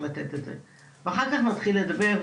ואחר כך נתחיל לדבר,